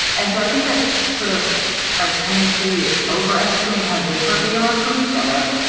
and so i think that's sort of our tendency to overestimate how different we are from each other.